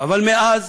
אבל מאז